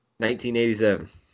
1987